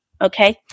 Okay